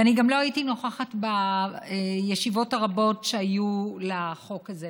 ואני גם לא הייתי נוכחת בישיבות הרבות שהיו לחוק הזה,